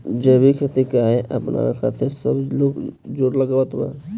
जैविक खेती काहे अपनावे खातिर सब लोग जोड़ लगावत बा?